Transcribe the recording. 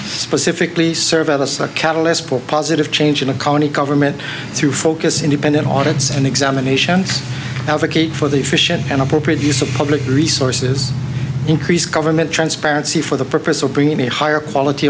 specifically serve as a catalyst for positive change in a county government through focus independent audit and examination advocate for the efficient and appropriate use of public resources increased government transparency for the purpose of bringing a higher quality